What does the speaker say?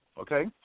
okay